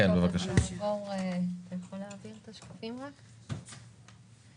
נעשה את זה מהר